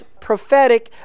prophetic